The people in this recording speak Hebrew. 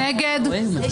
מי נמנע?